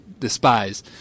Despise